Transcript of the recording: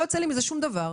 אני לא יוצא לי מזה שום דבר.